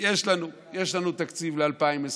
יש לנו תקציב ל-2020,